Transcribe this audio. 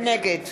נגד